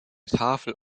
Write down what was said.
tafel